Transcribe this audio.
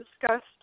discussed